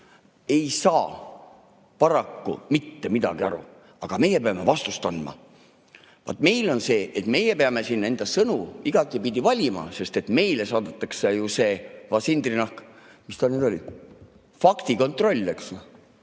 ei saa paraku mitte midagi aru, aga meie peame vastust andma. Meie peame siin enda sõnu igatpidi valima, sest meile saadetakse see va sindrinahk, mis ta nüüd oligi, faktikontroll: